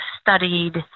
studied